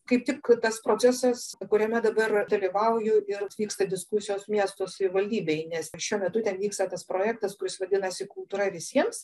kaip tik tas procesas kuriame dabar dalyvauju ir vyksta diskusijos miesto savivaldybėj nes šiuo metu ten vyksta tas projektas kuris vadinasi kultūra visiems